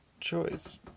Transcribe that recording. choice